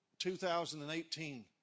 2018